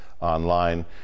online